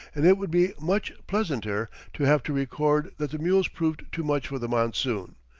and it would be much pleasanter to have to record that the mules proved too much for the monsoon,